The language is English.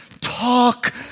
Talk